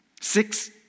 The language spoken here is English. six